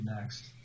next